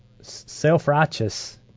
self-righteous